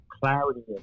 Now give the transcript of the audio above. clarity